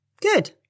Good